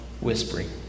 whispering